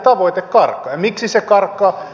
ja miksi se karkaa